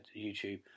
YouTube